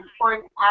important